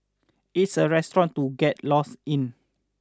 it's a restaurant to get lost in